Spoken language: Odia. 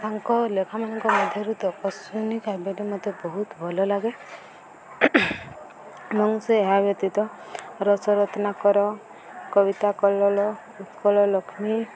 ତାଙ୍କ ଲେଖାମାନଙ୍କ ମଧ୍ୟରୁ ତପସ୍ୱିନୀ କାବ୍ୟଟି ମତେ ବହୁତ ଭଲ ଲାଗେ ଏବଂ ସେ ଏହା ବ୍ୟତୀତ ରସରତ୍ନାକ କବିତା କଲ୍ଲୋଳ ଉତ୍କଳ ଲକ୍ଷ୍ମୀ